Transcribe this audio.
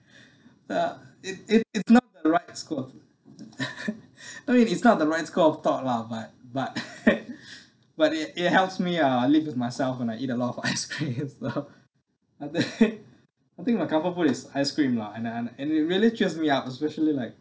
uh it it it's not the right school of thought I mean it's not the right school of thought lah but but but it it helps me ah live with myself and I eat a lot of ice cream though but they I think my comfort food is ice cream lah and I and it really cures me up especially like